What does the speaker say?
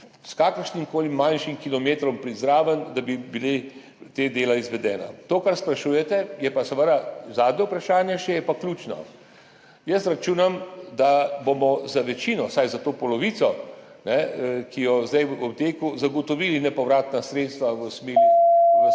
s kakršnim koli manjšim kilometrom priti zraven, ta dela izvedena. To, kar sprašujete, zadnje vprašanje je pa ključno. Jaz računam, da bomo za večino, vsaj za to polovico, ki je zdaj v teku, zagotovili nepovratna sredstva v